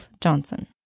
Johnson